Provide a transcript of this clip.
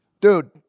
Dude